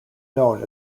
known